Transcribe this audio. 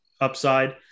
upside